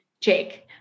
Jake